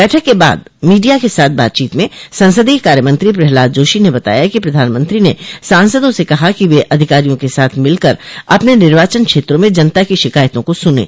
बैठक के बाद मीडिया के साथ बातचीत में संसदीय कार्य मंत्री प्रहलाद जोशी ने बताया कि प्रधानमंत्री ने सांसदों से कहा कि वे अधिकारियों के साथ मिलकर अपने निर्वाचन क्षेत्रों में जनता की शिकायतों को सुनें